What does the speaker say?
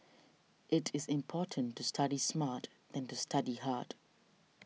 it is important to study smart than to study hard